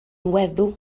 weddw